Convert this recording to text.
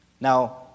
Now